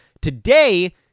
today